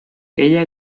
ella